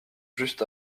juste